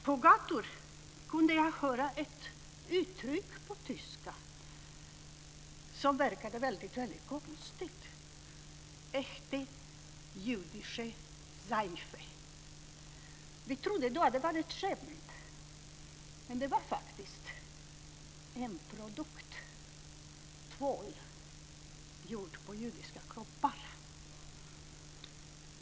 På gatorna kunde jag höra ett tyskt uttryck som verkade väldigt konstigt, echte jüdische Seife. Vi trodde då att det var ett skämt, men det var faktiskt en produkt: tvål gjord på judiska kroppar.